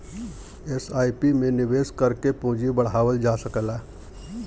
SIP में निवेश करके पूंजी बढ़ावल जा सकला